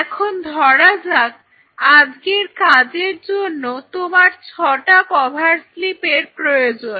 এখন ধরা যাক আজকের কাজের জন্য তোমার ছটা কভার স্লিপ এর প্রয়োজন